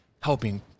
helping